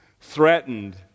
threatened